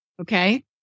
Okay